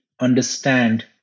understand